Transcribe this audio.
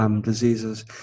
diseases